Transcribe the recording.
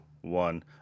one